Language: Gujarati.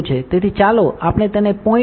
તેથી ચાલો આપણે તેને 0